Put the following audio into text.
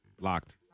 Locked